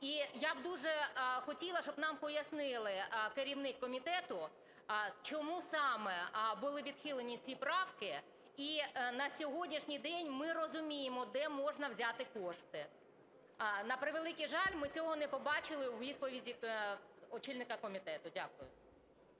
І я б дуже хотіла, щоб нам пояснили, керівник комітету, чому саме були відхилені ці правки. І на сьогоднішній день ми розуміємо, де можна взяти кошти. На превеликий жаль, ми цього не побачили у відповіді очільника комітету. Дякую.